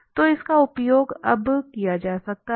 तो इसका उपयोग अब किया जा सकता है